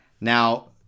Now